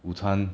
午餐